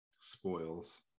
spoils